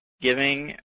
giving